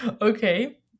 okay